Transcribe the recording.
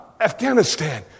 Afghanistan